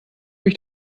mich